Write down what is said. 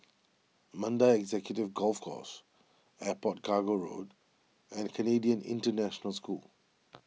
Mandai Executive Golf Course Airport Cargo Road and Canadian International School